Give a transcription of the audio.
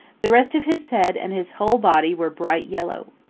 the rest of his head and his whole body were bright yellow.